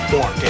More